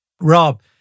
Rob